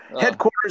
headquarters